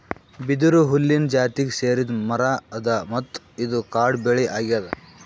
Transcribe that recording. ಬಿದಿರು ಹುಲ್ಲಿನ್ ಜಾತಿಗ್ ಸೇರಿದ್ ಮರಾ ಅದಾ ಮತ್ತ್ ಇದು ಕಾಡ್ ಬೆಳಿ ಅಗ್ಯಾದ್